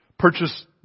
Purchase